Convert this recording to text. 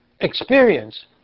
experience